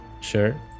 Sure